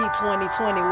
2020